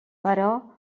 però